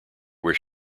where